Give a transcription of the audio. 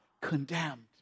condemned